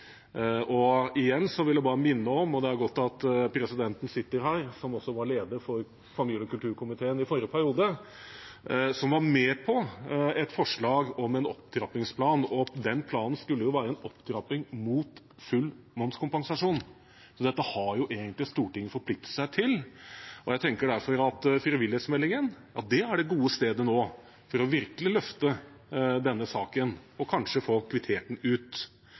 Igjen vil jeg bare minne om at familie- og kulturkomiteen – og det er godt presidenten, som var leder i forrige periode, sitter her – var med på et forslag om en opptrappingsplan, og at den planen skulle være en opptrapping mot full momskompensasjon. Dette har jo egentlig Stortinget forpliktet seg til, og jeg tenker derfor at frivillighetsmeldingen nå er det gode stedet for virkelig å løfte denne saken og kanskje få kvittert den ut.